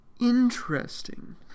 interesting